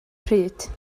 pryd